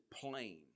plain